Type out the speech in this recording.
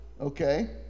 okay